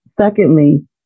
secondly